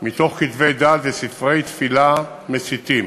מתוך כתבי דת וספרי תפילה מסיתים,